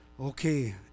Okay